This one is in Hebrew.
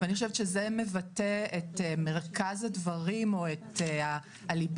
ואני חושבת שזה מבטא את מרכז הדברים או את הליבה